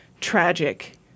tragic